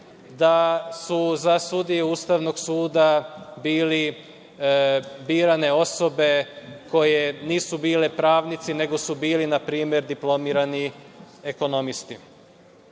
da su za sudije Ustavnog suda bile birane osobe koje nisu bile pravnici, nego su bili npr. diplomirani ekonomisti. Sudija